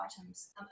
items